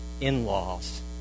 in-laws